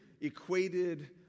equated